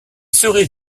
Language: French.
serait